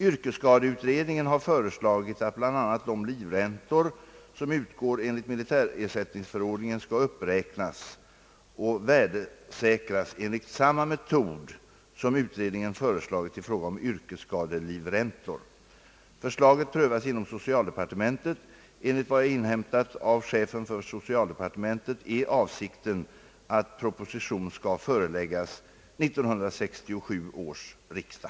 Yrkesskadeutredningen har föreslagit att bl.a. de livräntor som utgår enligt militärersättningsförordningen skall uppräknas och värdesäkras enligt samma metod som utredningen föreslagit i fråga om yrkesskadelivräntor. Förslaget prövas inom socialdepartementet. Enligt vad jag inhämtat av chefen för socialdepartementet är avsikten att proposition skall föreläggas 1967 års riksdag.